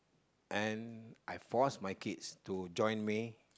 and I force my kids to join me